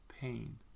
pain